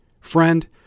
Friend